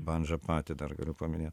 bandža patį dar galiu paminėt